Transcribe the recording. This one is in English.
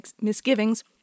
misgivings